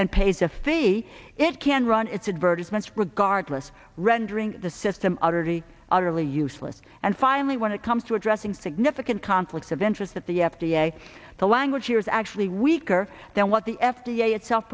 and pays a fig it can run its advertisement regardless rendering the system utterly utterly useless and finally when it comes to addressing significant conflicts of interest that the f d a the language years actually weaker than what the f d a itself